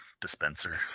dispenser